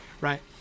right